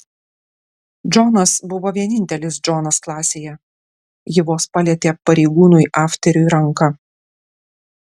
džonas buvo vienintelis džonas klasėje ji vos palietė pareigūnui afteriui ranką